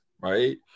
right